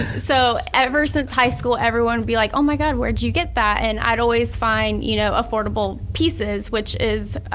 so ever since high school, everyone would be like oh my god where'd you get that? and i'd always find you know affordable pieces which is